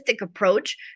approach